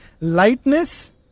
lightness